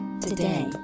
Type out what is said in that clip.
today